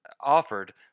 offered